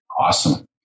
Awesome